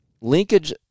linkage